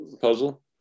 puzzle